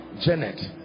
Janet